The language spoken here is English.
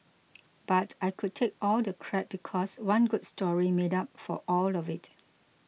but I could take all the crap because one good story made up for all of it